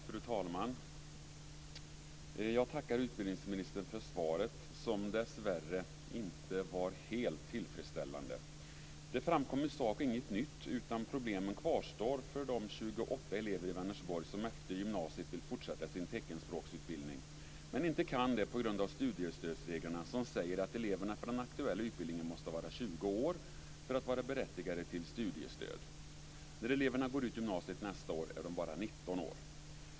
Fru talman! Jag tackar utbildningsministern för svaret, som dessvärre inte var helt tillfredsställande. Det framkom i sak inget nytt, utan problemen kvarstår för de 28 elever i Vänersborg som efter gymnasiet vill fortsätta sin teckenspråksutbildning men inte kan det på grund av studiestödsreglerna, som säger att eleverna för den aktuella utbildningen måste vara 20 år för att vara berättigade till studiestöd. När eleverna går ut gymnasiet nästa år är de bara 19 år.